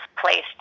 placed